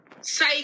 Say